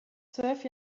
zwölf